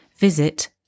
Visit